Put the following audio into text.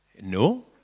No